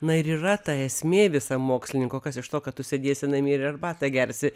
na ir yra ta esmė visą mokslininko kas iš to kad tu sėdėsi namie ir arbatą gersi